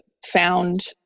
found